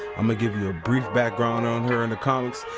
umma give u a brief background on her in the comics